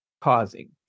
causing